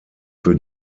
für